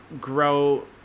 grow